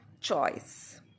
choice